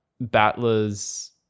battlers